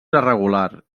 irregular